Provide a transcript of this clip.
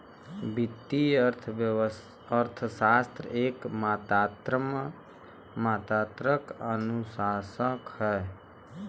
वित्तीय अर्थशास्त्र एक मात्रात्मक अनुशासन हौ